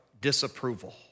disapproval